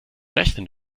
rechnen